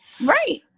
Right